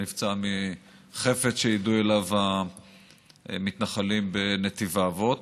שנפצע מחפץ שיידו עליו המתנחלים בנתיב האבות.